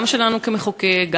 גם שלנו כמחוקקים,